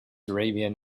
arabian